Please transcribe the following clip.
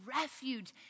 refuge